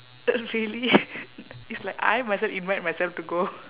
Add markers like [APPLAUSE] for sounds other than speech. uh really [LAUGHS] it's like I myself invite myself to go